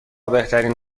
بهترین